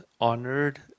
honored